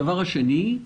דבר שני,